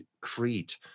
Crete